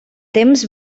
temps